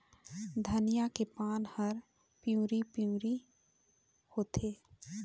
धनिया के पान हर पिवरी पीवरी होवथे?